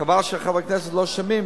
חבל שחברי הכנסת לא שומעים,